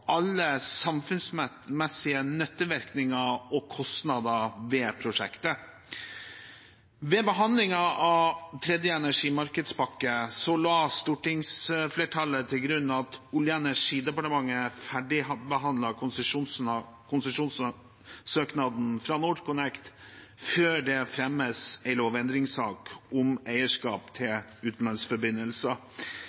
alle samfunnsmessige nyttevirkninger og kostnader ved prosjektet. Ved behandlingen av den tredje energimarkedspakken la stortingsflertallet til grunn at Olje- og energidepartementet skulle ferdigbehandle konsesjonssøknaden fra NorthConnect før det fremmes en lovendringssak om eierskap til